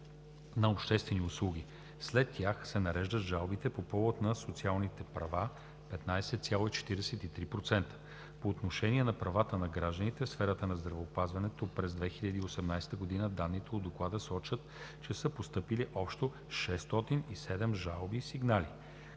на обществени услуги, след тях се нареждат жалбите по повод на социалните права – 15,43%. По отношение на правата на гражданите в сферата на здравеопазването, през 2018 г. данните от Доклада сочат, че са постъпили общо 607 жалби/сигнали,